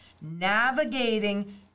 Navigating